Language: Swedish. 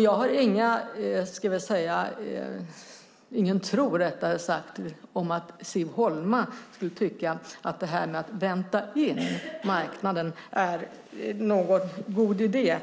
Jag har ingen tro på att Siv Holma skulle tycka att detta med att vänta in marknaden är någon god idé.